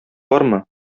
бармы